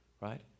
right